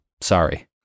Sorry